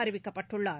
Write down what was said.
அறிவிக்கப்பட்டுள்ளார்